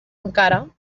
encara